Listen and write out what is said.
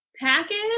package